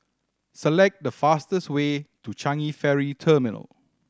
select the fastest way to Changi Ferry Terminal